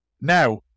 Now